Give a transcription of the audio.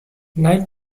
nine